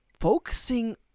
focusing